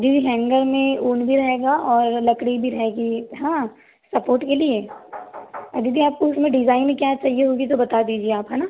दीदी हैंगर में ऊन भी रहेगा और लकड़ी भी रहेगी हाँ सपोर्ट के लिए दीदी आपको उसमें डिज़ाइन में क्या चाहिए वो भी तो बता दीजिए आप है न